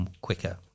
quicker